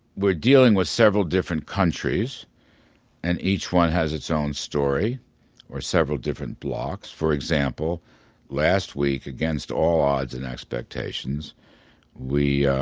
we're dealing with several different countries and each one has its own story or several different blocs. for example last week against all odds and expectations we